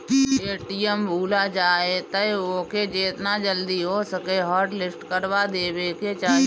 ATM भूला जाए तअ ओके जेतना जल्दी हो सके हॉटलिस्ट करवा देवे के चाही